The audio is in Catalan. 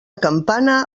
campana